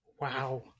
Wow